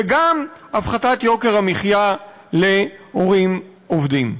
וגם הפחתת יוקר המחיה להורים עובדים.